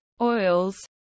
oils